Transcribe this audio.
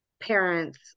parents